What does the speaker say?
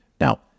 now